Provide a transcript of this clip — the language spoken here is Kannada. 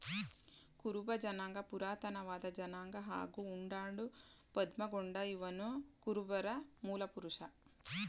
ಕುರುಬ ಜನಾಂಗ ಪುರಾತನವಾದ ಜನಾಂಗ ಹಾಗೂ ಉಂಡಾಡು ಪದ್ಮಗೊಂಡ ಇವನುಕುರುಬರ ಮೂಲಪುರುಷ